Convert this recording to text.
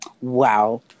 Wow